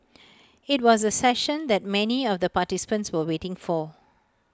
IT was the session that many of the participants were waiting for